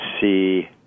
see